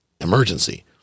emergency